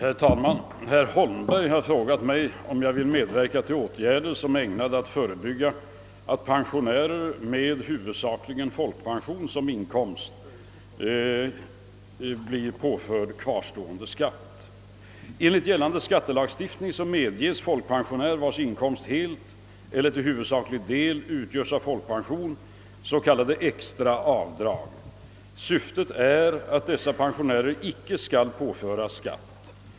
Herr talman! Herr Holmberg har frågat mig om jag vill medverka till åtgärder som är ägnade att förebygga att pensionärer med huvudsakligen folkpension som inkomst blir påförda kvarstående skatt. pension s.k. extra avdrag. Syftet är att dessa pensionärer inte skall påföras skatt.